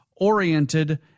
oriented